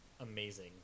amazing